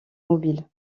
mobile